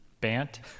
Bant